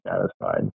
satisfied